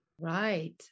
Right